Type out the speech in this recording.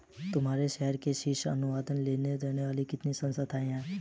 तुम्हारे शहर में शीर्ष अनुदान देने वाली कितनी संस्थाएं हैं?